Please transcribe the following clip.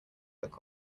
look